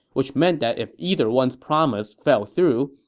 which meant that if either one's promise fell through,